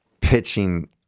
pitching